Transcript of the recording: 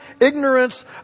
ignorance